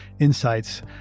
insights